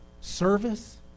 service